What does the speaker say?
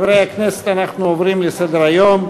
חברי הכנסת, אנחנו עוברים לסדר-היום.